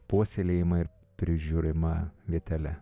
puoselėjima ir prižiūrima vietele